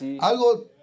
algo